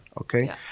Okay